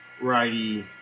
righty